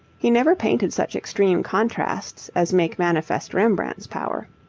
he never painted such extreme contrasts as make manifest rembrandt's power.